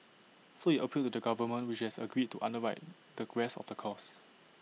so IT appealed to the government which has agreed to underwrite the rest of the cost